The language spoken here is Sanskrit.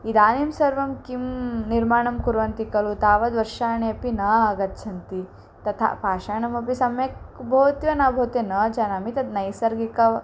इदानीं सर्वं किं निर्माणं कुर्वन्ति खलु तावद् वर्षाणि अपि न आगच्छन्ति तथा पाषाणमपि सम्यक् भवति वा न भवति न जानामि तद् नैसर्गिक